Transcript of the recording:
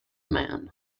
man